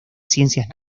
ciencias